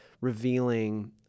revealing